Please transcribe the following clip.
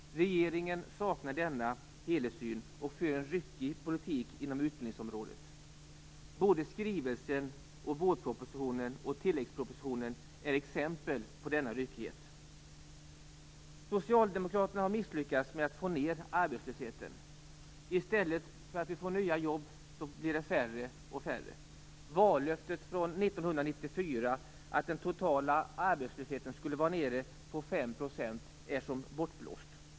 Regeringen saknar denna helhetssyn och för en ryckig politik inom utbildningsområdet. Såväl skrivelsen som vårpropositionen och tilläggspropositionen är exempel på denna ryckighet. Socialdemokraterna har misslyckats med att få ner arbetslösheten. I stället för att vi får nya jobb blir det färre och färre. Vallöftet från 1994 om att den totala arbetslösheten skulle vara nere på 5 % är som bortblåst.